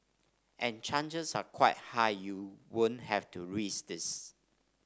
and chances are quite high you won't have to rise this